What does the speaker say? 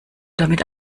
damit